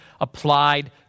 applied